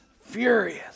furious